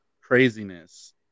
craziness